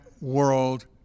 World